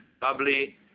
Bubbly